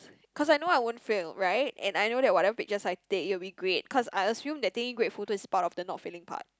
cause I know I won't fail right and I know that whatever pictures I take it will be great cause I assume that taking great photos is part of the not failing part